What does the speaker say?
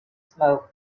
smoke